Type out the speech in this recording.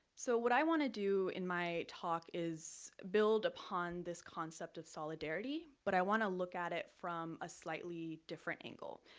so what i want to do in my talk is build upon this concept of solidarity, but i want to look at it from a slightly different angle.